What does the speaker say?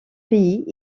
pays